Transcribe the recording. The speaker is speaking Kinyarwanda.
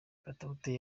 katawuti